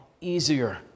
easier